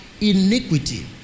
iniquity